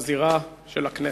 בזירה של הכנסת.